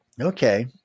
Okay